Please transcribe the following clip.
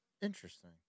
Interesting